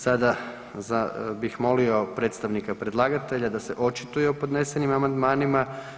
Sada bih molio predstavnika predlagatelja da se očituje o podnesenim amandmanima.